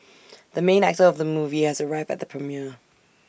the main actor of the movie has arrived at the premiere